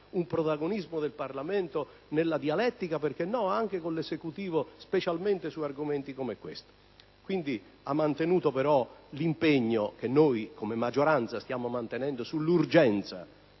un protagonismo del Parlamento nella dialettica, perché no, anche con l'Esecutivo, specialmente su argomenti come questo. Il Ministro ha mantenuto, però, l'impegno, che noi come maggioranza stiamo mantenendo, sull'urgenza